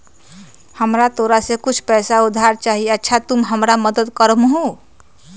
हमरा तोरा से कुछ पैसा उधार चहिए, अच्छा तूम हमरा मदद कर मूह?